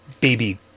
baby